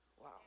Wow